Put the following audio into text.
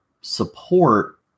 support